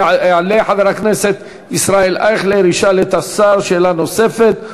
יעלה חבר הכנסת ישראל אייכלר שישאל את השר שאלה נוספת,